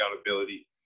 accountability